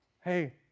hey